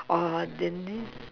orh than this